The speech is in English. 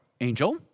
angel